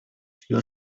few